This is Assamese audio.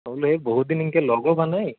মই বোলো বহুতদিন এনকে লগো হোৱা নাই